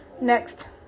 next